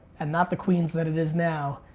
and not the queens that it is now.